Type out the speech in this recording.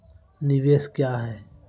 निवेश क्या है?